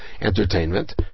entertainment